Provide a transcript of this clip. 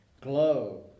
Glow